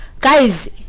Guys